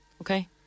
Okay